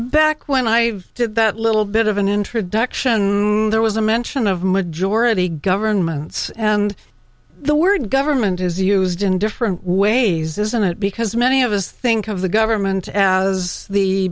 back when i did that little bit of an introduction there was a mention of majority governments and the word government is used in different ways isn't it because many of us think of the government as the